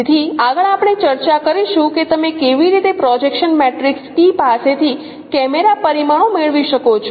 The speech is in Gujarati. તેથી આગળ આપણે ચર્ચા કરીશું કે તમે કેવી રીતે પ્રોજેક્શન મેટ્રિક્સ P પાસેથી કેમેરા પરિમાણો મેળવી શકો છો